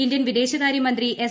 Indian വിദേശകാര്യമന്ത്രി S